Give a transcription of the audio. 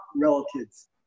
relatives